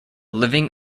living